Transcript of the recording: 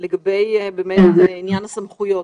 לגבי עניין הסמכויות.